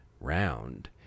round